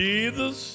Jesus